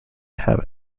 have